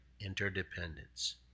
interdependence